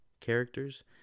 characters